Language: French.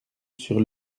sur